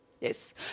yes